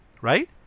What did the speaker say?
right